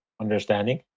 understanding